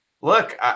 look